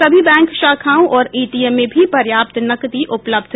सभी बैंक शाखाओं और एटीएम में भी पर्याप्त नकदी उपलब्ध है